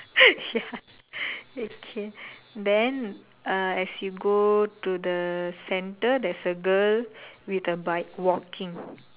ya okay then uh as you go to the centre there's a girl with a bike walking